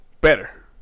better